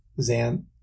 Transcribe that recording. Zan